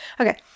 Okay